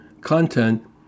content